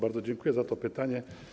Bardzo dziękuję za to pytanie.